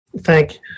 thank